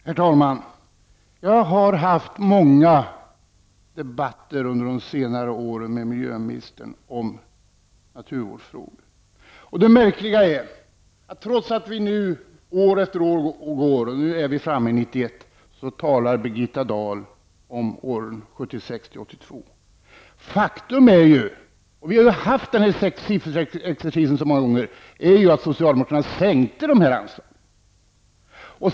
Herr talman! Jag har haft många debatter under senare år med miljöministern om naturvårdsfrågor. Det märkliga är att trots att år efter år går och vi nu är framme vid 1991 så talar Birgitta Dahl om åren 76--82. Faktum är ju -- och vi har haft den här sifferexercisen så många gånger -- att socialdemokraterna sänkte de här anslagen.